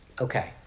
okay